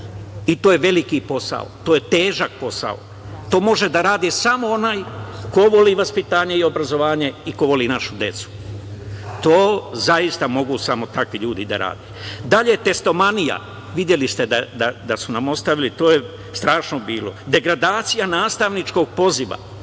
I to je veliki posao, to je težak posao. To može da radi samo onaj ko voli vaspitanje i obrazovanje i ko voli našu decu. To zaista mogu samo takvi ljudi i da rade. Dalje, testomanija, videli ste da su nam ostavili, to je strašno bilo. Degradacija nastavničkog poziva,